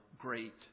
great